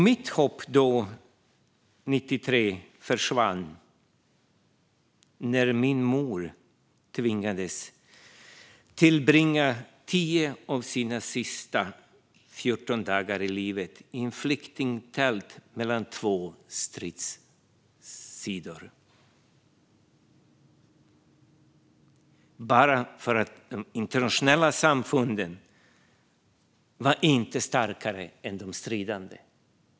Mitt hopp då, 93, försvann när min mor tvingades tillbringa 10 av sina sista 14 dagar i livet i ett flyktingtält mellan två stridande sidor, bara för att de internationella samfunden inte var starkare än de stridande.